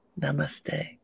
Namaste